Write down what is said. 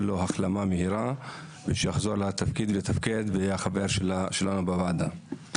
שיחזור לתפקד ויהיה חבר שלנו בוועדה.